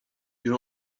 you